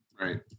Right